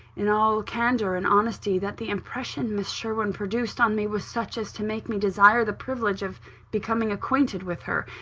in all candour and honesty, that the impression miss sherwin produced on me was such as to make me desire the privilege of becoming acquainted with her.